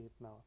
now